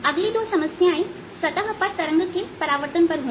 अगली दो समस्याएं सतह पर तरंग के परावर्तन पर होंगी